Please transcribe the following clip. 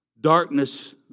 darkness